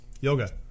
yoga